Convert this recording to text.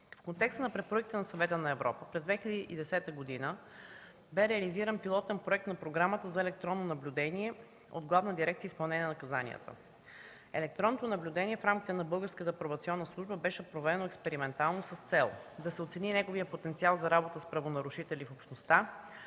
В контекста на препоръките на Съвета на Европа през 2010 г. бе реализиран пилотен проект на програма с електронно наблюдение от Главна дирекция „Изпълнение на наказанията”. Електронното наблюдение в рамките на Българската пробационна служба беше проведено експериментално с цел да се оцени неговия потенциал за работа с правонарушители в Общността,